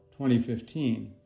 2015